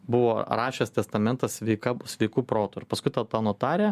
buvo rašęs testamentą sveika sveiku protu ir paskui ta ta notarė